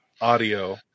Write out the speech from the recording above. audio